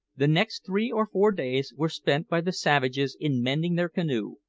the next three or four days were spent by the savages in mending their canoe,